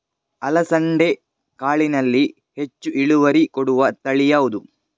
ಅಲಸಂದೆ ಕಾಳಿನಲ್ಲಿ ಹೆಚ್ಚು ಇಳುವರಿ ಕೊಡುವ ತಳಿ ಯಾವುದು?